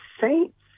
saints